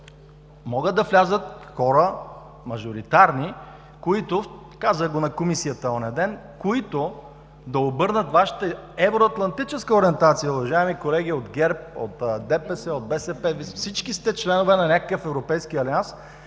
могат да влязат хора – мажоритарни, казах го на Комисията онзи ден, които да обърнат Вашата евроатлантическа ориентация. Уважаеми колеги от ГЕРБ, от ДПС, от БСП, всички сте членове на някакъв Европейски алианс